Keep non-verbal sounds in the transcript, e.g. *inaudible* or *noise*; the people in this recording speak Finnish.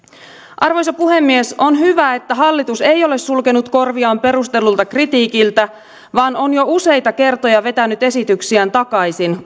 arvoisa puhemies on hyvä että hallitus ei ole sulkenut korviaan perustellulta kritiikiltä vaan on jo useita kertoja vetänyt esityksiään takaisin *unintelligible*